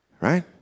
right